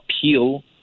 appeal